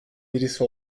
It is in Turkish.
birisi